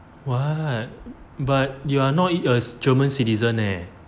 what but you are not a german citizen leh